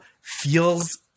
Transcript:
feels